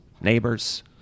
neighbors